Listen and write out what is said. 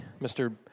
Mr